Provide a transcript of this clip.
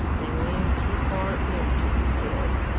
they lean too far in to be scaled.